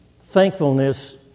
Thankfulness